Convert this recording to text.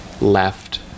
left